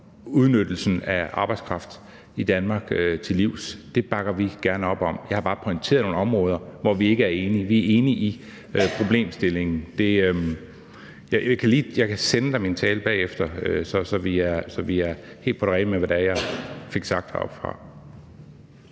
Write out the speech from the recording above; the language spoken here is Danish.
udnyttelsen af arbejdskraft i Danmark til livs, bakker vi op om. Jeg har bare pointeret nogle områder, hvor vi ikke er enige. Vi er enige i problemstillingen. Jeg kan sende dig min tale bagefter, så vi er helt på det rene med, hvad det er, jeg fik sagt heroppefra.